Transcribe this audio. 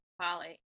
Polly